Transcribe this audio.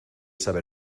sabe